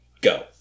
go